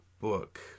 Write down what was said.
book